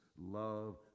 Love